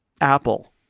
apple